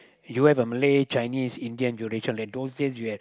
you have a Malay Chinese Indian Eurasian like those days you have